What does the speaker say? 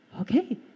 okay